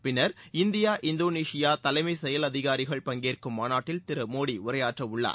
பின்னா் இந்தோனேஷியா தலைமைச்செயல் அதிகாரிகள் பங்கேற்கும் மாநாட்டில் திரு மோடி உரையாற்ற உள்ளார்